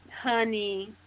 honey